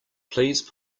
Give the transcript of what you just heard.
please